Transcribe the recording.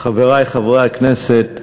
חברי חברי הכנסת,